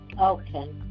Okay